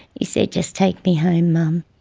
he said, just take me home mum.